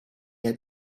had